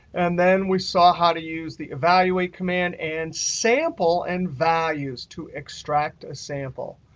and then we saw how to use the evaluate command and sample and values to extract a sample.